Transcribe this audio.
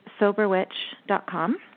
soberwitch.com